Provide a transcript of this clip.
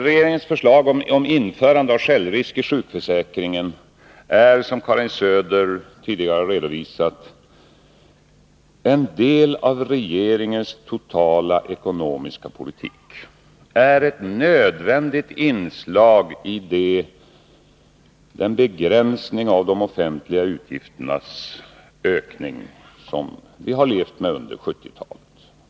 Regeringens förslag om införande av självrisk i sjukförsäkringen är som Karin Söder tidigare har redovisat en del av regeringens totala ekonomiska politik. Det är ett nödvändigt inslag i den begränsning av de offentliga utgifternas ökning som vi har tvingats till under 1970-talet.